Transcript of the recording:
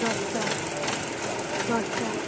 ଦଶଟା ଦଶଟା